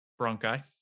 bronchi